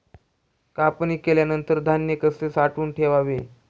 कापणी केल्यानंतर धान्य कसे साठवून ठेवावे?